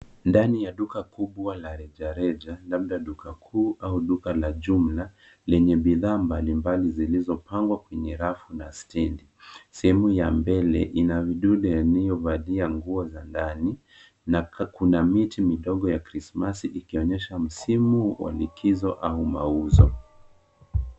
Ndani ya duka kubwa la rejareja, labda duka kuu au duka la jumla lenye bidhaa mbalimbali zilzizopangwa kwenye rafu na stendi. Sehemu ya mbele ina vidude yaliyovalia nguo za ndani na kuna miti midogo ya krismasi ikionyesha msimu wa likizo au mauzo.